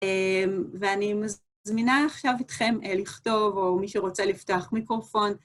ואני מזמינה עכשיו אתכם לכתוב, או מי שרוצה לפתוח מיקרופון,